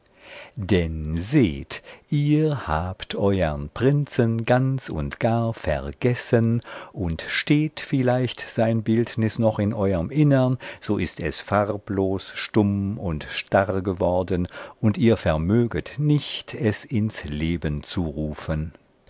denn seht ihr habt euern prinzen ganz und gar vergessen und steht vielleicht sein bildnis noch in euerm innern so ist es farblos stumm und starr geworden und ihr vermöget nicht es ins leben zu rufen